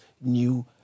new